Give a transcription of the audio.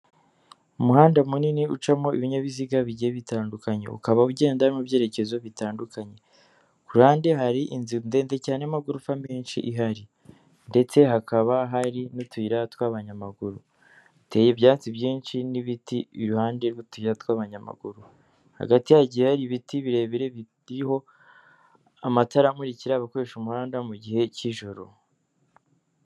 Umuhanda munini ucamo ibinyabiziga bigiye bitandukanye ukaba ugenda mu byerekezo bitandukanye, ku ruhande hari inzira ndende cyane n'amagorofa menshi ihari ndetse hakaba hari n'utuyira tw'abanyamaguruteye, ibyatsi byinshi n'ibiti iruhande rw'utuyira tw'abanyamaguru hagati hagiye hari ibiti birebire biriho amatara amukira abakoresha umuhanda mu gihe cy'ijoro.